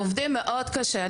עובדים מאוד קשה.